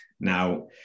Now